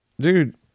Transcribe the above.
dude